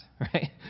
right